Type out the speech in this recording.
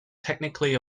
technically